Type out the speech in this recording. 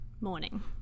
Morning